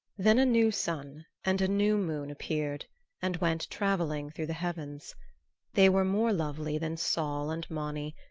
then a new sun and a new moon appeared and went traveling through the heavens they were more lovely than sol and mani,